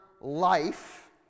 Life